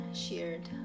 shared